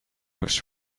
was